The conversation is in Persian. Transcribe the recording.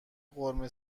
قرمه